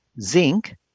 zinc